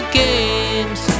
games